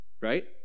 Right